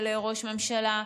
של ראש ממשלה.